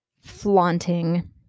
flaunting